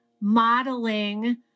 modeling